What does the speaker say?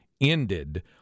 ended